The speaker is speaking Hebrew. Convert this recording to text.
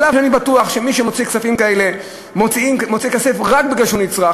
אף-על-פי שאני בטוח שמי שמוציא כספים כאלה מוציא כסף רק כי הוא נצרך,